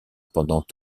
pendant